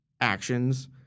actions